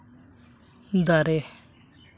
ᱫᱟᱨᱮ